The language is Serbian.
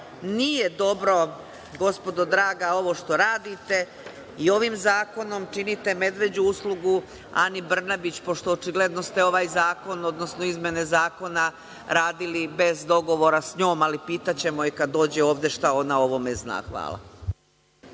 Nije dobro, gospodo draga, ovo što radite i ovim zakonom činite medveđu uslugu Ani Brnabić, pošto ste očigledno ovaj zakon, odnosno izmene zakona radili bez dogovora s njom, ali pitaćemo je kad dođe ovde šta ona o ovome zna. Hvala.